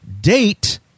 date